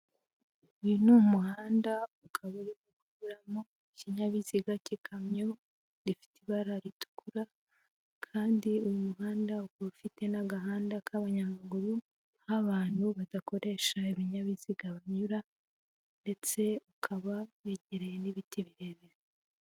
Uyu ni umuhanda ukaba uri kunyuramo ikinyabiziga cy'ikamyo, gifite ibara ritukura kandi uyu muhanda ukaba ufite n'agahanda k'abanyamaguru, aho abantu badakoresha ibinyabiziga banyura ndetse ukaba wegereye n'ibiti birebire.